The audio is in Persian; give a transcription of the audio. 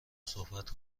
صحبت